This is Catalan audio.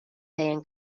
deien